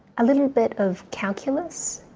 a little bit of calculus,